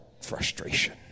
frustration